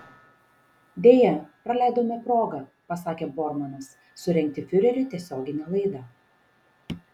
deja praleidome progą pasakė bormanas surengti fiureriui tiesioginę laidą